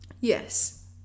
Yes